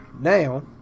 Now